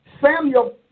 Samuel